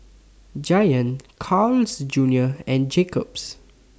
Giant Carl's Junior and Jacob's